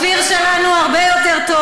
נתת לו מחמאה, מה קרה?